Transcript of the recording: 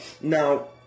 Now